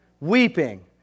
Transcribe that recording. weeping